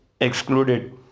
excluded